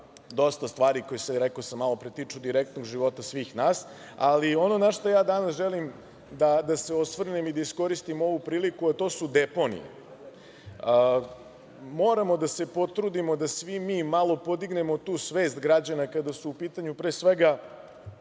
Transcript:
dosta stvari koje se tiču direktno života svih nas, ali ona na šta danas želim da se osvrnem i da iskoristim priliku, a to su deponije. Moramo da se potrudimo da svi mi malo podignemo tu svest građana kada su u pitanju, pre svega